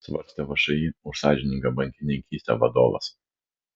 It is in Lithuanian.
svarstė všį už sąžiningą bankininkystę vadovas